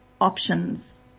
options